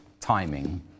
timing